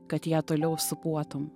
kad ją toliau sūpuotum